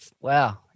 Wow